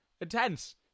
Intense